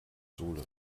sohle